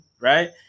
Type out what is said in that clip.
right